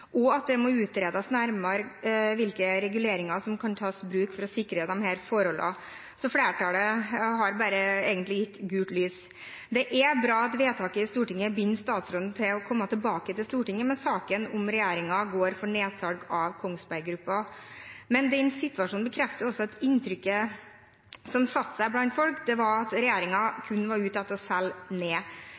og at det må utredes nærmere hvilke reguleringer som kan tas i bruk for å sikre disse forholdene. Så flertallet har egentlig bare gitt gult lys. Det er bra at vedtaket i Stortinget binder statsråden til å komme tilbake til Stortinget med saken om hvorvidt regjeringen går inn for nedsalg av Kongsberg Gruppen. Men den situasjonen bekrefter også at inntrykket som satte seg blant folk, var at regjeringen kun var ute etter å selge ned